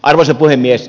arvoisa puhemies